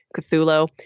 Cthulhu